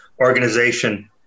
organization